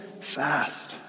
fast